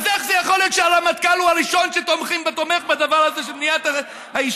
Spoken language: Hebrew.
אז איך יכול להיות שהרמטכ"ל הוא הראשון שתומך בדבר הזה של מניעת העישון?